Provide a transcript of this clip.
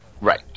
Right